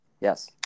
Yes